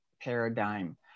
paradigm